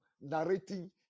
narrating